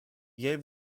gave